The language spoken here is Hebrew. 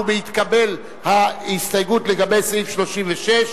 ובהתקבל ההסתייגות לגבי סעיף 36,